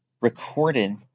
recorded